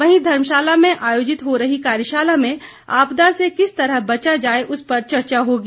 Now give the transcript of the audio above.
वहीं धर्मशाला में आयोजित हो रही कार्यशाला में आपदा से किस तरह बचा जाए उस पर चर्चा होगी